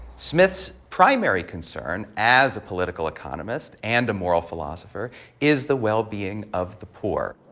smith's primary concern as a political economist and a moral philosopher is the well-being of the poor.